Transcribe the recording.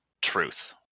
truth